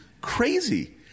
crazy